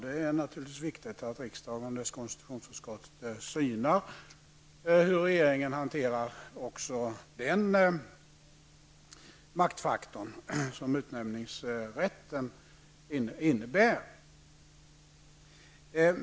Det är naturligtvis viktigt att riksdagen och dess konstitutionsutskott synar hur regeringen hanterar också den maktfaktor som utnämningsrätten innebär.